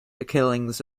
killings